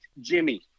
Jimmy